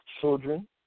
children